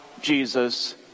Jesus